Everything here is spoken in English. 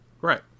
Right